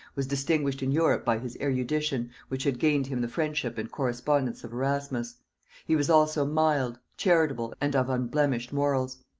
was distinguished in europe by his erudition, which had gained him the friendship and correspondence of erasmus he was also mild, charitable, and of unblemished morals.